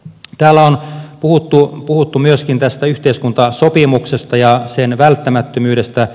täällä on puhuttu myöskin tästä yhteiskuntasopimuksesta ja sen välttämättömyydestä